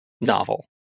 novel